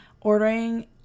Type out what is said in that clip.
ordering